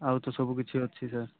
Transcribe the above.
ଆଉ ତ ସବୁକିଛି ଅଛି ସାର୍